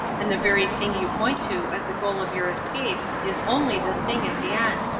and the very thing you point to as the goal of your escape is only the thing again.